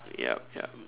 yup yup